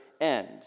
end